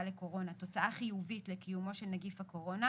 לקורונה תוצאה חיובית לקיומו של נגיף הקורונה